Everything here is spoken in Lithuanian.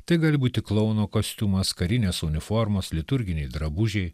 tai gali būti klouno kostiumas karinės uniformos liturginiai drabužiai